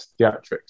theatrics